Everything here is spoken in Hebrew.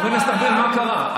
חבר הכנסת ארבל, מה קרה?